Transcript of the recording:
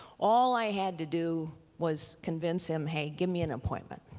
all i had to do was convince him, hey, give me an appointment.